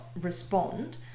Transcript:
respond